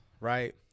right